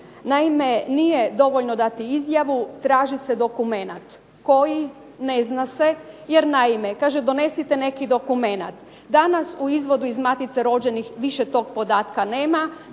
Naime, nije dovoljno dati izjavu, traži se dokumenat. Koji, ne zna se. Jer naime, kaže donesite neki dokumenat. Danas u Izvodu iz matice rođenih više tog podatka nema.